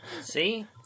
See